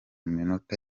minota